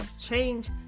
Change